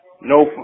No